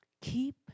Keep